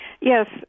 Yes